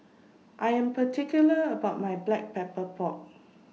I Am particular about My Black Pepper Pork